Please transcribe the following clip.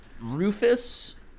Rufus